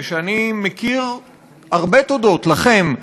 ואני מכיר לכם,